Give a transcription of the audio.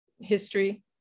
history